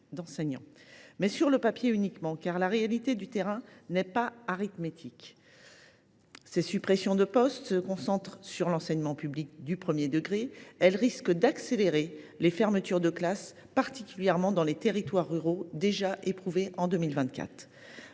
mais sur le papier uniquement, car la réalité du terrain n’est pas arithmétique. Ces suppressions de postes, qui se concentrent sur l’enseignement public du premier degré, risquent en effet d’accélérer les fermetures de classes, particulièrement dans les territoires ruraux déjà éprouvés en 2024.